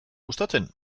gustatzen